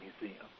Museum